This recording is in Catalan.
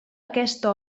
aquesta